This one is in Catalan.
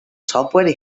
software